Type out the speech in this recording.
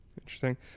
interesting